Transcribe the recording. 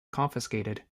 confiscated